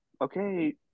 Okay